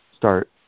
start